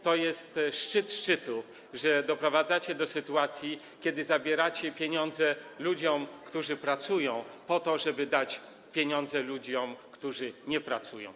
To jest szczyt szczytów, że doprowadzacie do sytuacji, kiedy zabieracie pieniądze ludziom, którzy pracują, po to, żeby dać pieniądze ludziom, którzy nie pracują.